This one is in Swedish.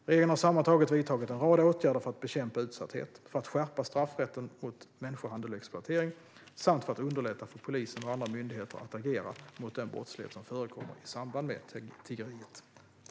Regeringen har sammantaget vidtagit en rad åtgärder för att bekämpa utsatthet, för att skärpa straffrätten mot människohandel och exploatering samt för att underlätta för polisen och andra myndigheter att agera mot den brottslighet som förekommer i samband med tiggeriet.